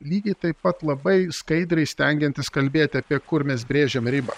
lygiai taip pat labai skaidriai stengiantis kalbėti apie kur mes brėžiam ribą